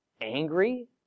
angry